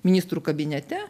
ministrų kabinete